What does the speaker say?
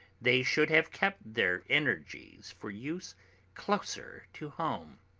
they should have kept their energies for use closer to home.